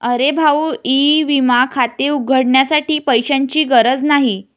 अरे भाऊ ई विमा खाते उघडण्यासाठी पैशांची गरज नाही